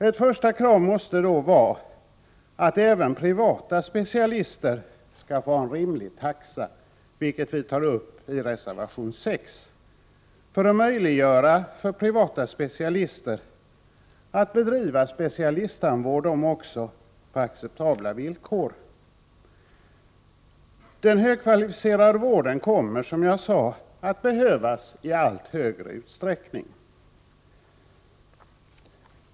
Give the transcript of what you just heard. Ett första krav måste då vara att även privata specialisttandläkare skall få ha en rimlig taxa för att också de skall ha möjlighet att bedriva specialisttandvård på acceptabla villkor, vilket vi tar upp i reservation 6. Den högkvalificerade vården kommer, som jag sade tidigare, att behövas i allt större utsträckning.